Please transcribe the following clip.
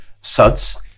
suds